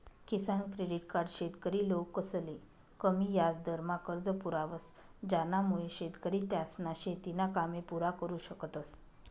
किसान credit card शेतकरी लोकसले कमी याजदरमा कर्ज पुरावस ज्यानामुये शेतकरी त्यासना शेतीना कामे पुरा करु शकतस